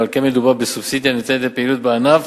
ועל כן מדובר בסובסידיה הניתנת לפעילות בענף